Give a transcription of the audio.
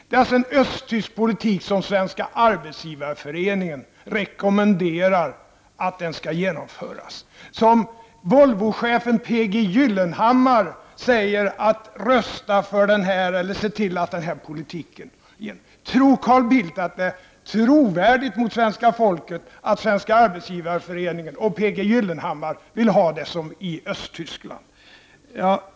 Det är alltså östtysk politik som Svenska arbetsgivareföreningen rekommenderar skall genomföras, som Volvochefen P G Gyllenhammar rekommenderar att man skall rösta för och se till att den går igenom. Menar Carl Bildt att det är trovärdigt inför svenska folket att Svenska arbetsgivareföreningen och P G Gyllenhammar skulle vilja ha det som i Östtyskland?